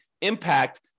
impact